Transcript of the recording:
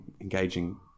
engaging